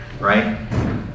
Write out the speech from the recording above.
right